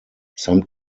some